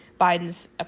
Biden's